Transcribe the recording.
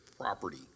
property